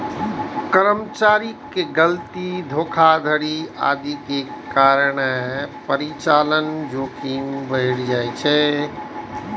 कर्मचारीक गलती, धोखाधड़ी आदिक कारणें परिचालन जोखिम बढ़ि जाइ छै